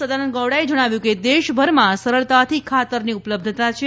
સદાનંદ ગૌડાએ જણાવ્યું છે કે દેશભરમાં સરળતાથી ખાતરથી ઉપલબ્ધતાં છે